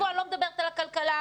אני לא מדברת על הכלכלה,